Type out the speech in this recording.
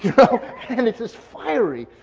and it's this fiery,